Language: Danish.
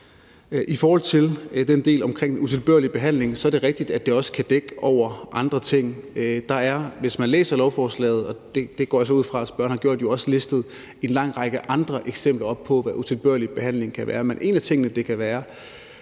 I forhold til den del om utilbørlig behandling er det rigtigt, at det også kan dække over andre ting. Der er, hvis man læser lovforslaget, og det går jeg ud fra spørgeren har, også listet en lang række andre eksempler op på, hvad utilbørlig behandling kan være. Men en af de ting, det kan være,